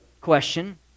question